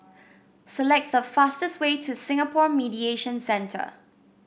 select the fastest way to Singapore Mediation Centre